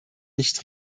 nicht